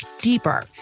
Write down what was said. deeper